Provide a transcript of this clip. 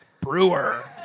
Brewer